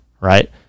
right